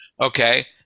Okay